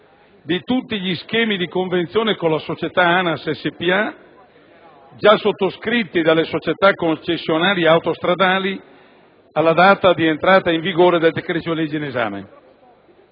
di tutti gli schemi di convenzione con la società ANAS spa già sottoscritti dalle società concessionarie autostradali alla data di entrata in vigore del decreto-legge in esame.